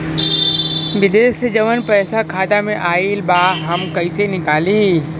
विदेश से जवन पैसा खाता में आईल बा हम कईसे निकाली?